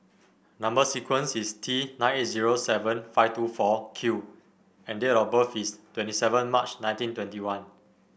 number sequence is T nine eight zero seven five two four Q and date of birth is twenty seven March nineteen twenty one